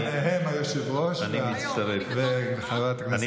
ביניהם היושב-ראש וחברת הכנסת גוטליב.